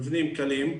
מבנים קלים.